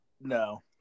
No